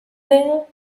layer